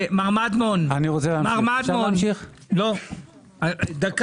מר מדמון, אנחנו לא דנים